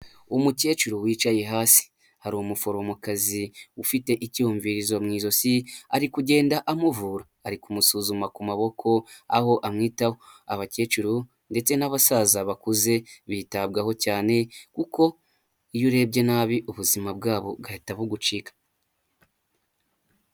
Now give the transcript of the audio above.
Umukecuru wicaye hasi, hari umuforomokazi ufite icyuyumvirizo mu ijosi ari kugenda amuvura, ari kumusuzuma ku maboko, aho amwitaho, abakecuru ndetse n'abasaza bakuze bitabwaho cyane, kuko iyo urebye nabi ubuzima bwabo bwahita bugucika.